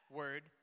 word